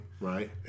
Right